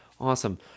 awesome